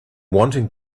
wanting